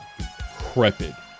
crepid